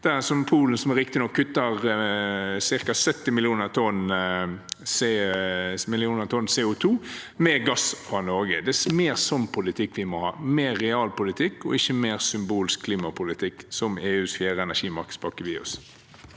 av Polen. Polen kutter riktignok ca. 70 millioner tonn CO2, med gass fra Norge. Det er mer slik politikk vi må ha – mer realpolitikk – ikke mer symbolsk klimapolitikk, som EUs fjerde energimarkedspakke vil